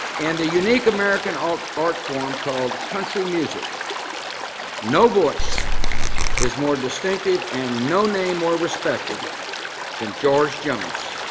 and unique american artform called country music no voice is more distinctive and no name more respected than george jones